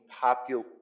popular